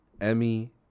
Emmy